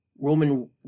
Roman